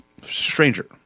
stranger